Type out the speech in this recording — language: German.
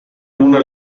mona